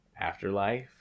afterlife